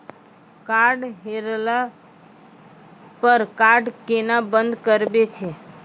Card हेरैला पर card केना बंद करबै छै?